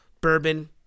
Bourbon